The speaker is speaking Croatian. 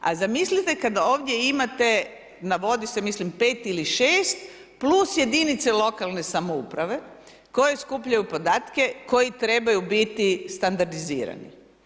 A zamislite kad ovdje imate, navodi se mislim 5 ili 6 plus jedinice lokalne samouprave koje skupljaju podatke koji trebaju biti standardizirani.